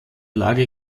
lage